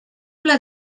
pla